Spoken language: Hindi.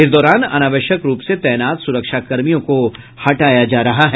इस दौरान अनावश्यक रूप से तैनात सुरक्षा कर्मियों को हटाया जा रहा है